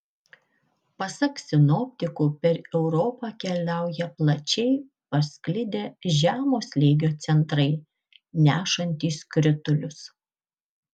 pasak sinoptikų per europą keliauja plačiai pasklidę žemo slėgio centrai nešantys kritulius